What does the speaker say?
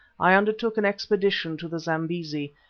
i undertook an expedition to the zambesi,